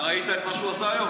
אתה ראית את מה שהוא עשה היום?